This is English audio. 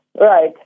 Right